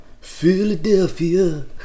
Philadelphia